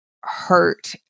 hurt